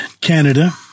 Canada